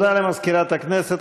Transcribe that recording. תודה למזכירת הכנסת.